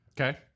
Okay